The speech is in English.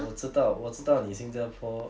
我知道我知道你新加坡